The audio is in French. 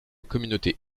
communauté